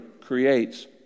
creates